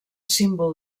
símbol